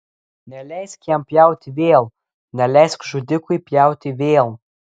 neleisk jam pjauti vėl neleisk žudikui pjauti vėl